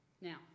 now